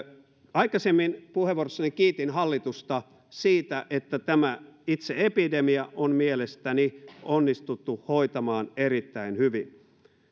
aikaisemmin puheenvuorossani kiitin hallitusta siitä että tämä itse epidemia on mielestäni onnistuttu hoitamaan erittäin hyvin